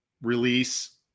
release